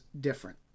different